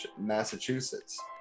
Massachusetts